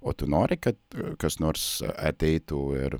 o tu nori kad kas nors ateitų ir